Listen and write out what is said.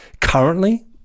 currently